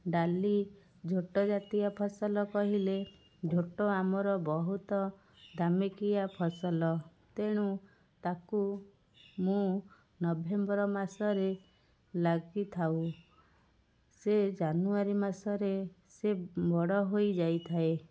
ଡାଲି ଝୋଟ ଜାତୀୟ ଫସଲ କହିଲେ ଝୋଟ ଆମର ବହୁତ ଦାମିକିଆ ଫସଲ ତେଣୁ ତାକୁ ମୁଁ ନଭେମ୍ବର ମାସରେ ଲାଗିଥାଉ ସେ ଜାନୁୟାରୀ ମାସରେ ସେ ବଡ଼ ହୋଇଯାଇଥାଏ